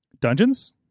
Dungeons